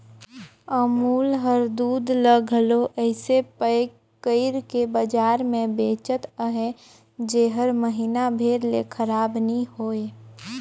अमूल हर दूद ल घलो अइसे पएक कइर के बजार में बेंचत अहे जेहर महिना भेर ले खराब नी होए